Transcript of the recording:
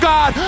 God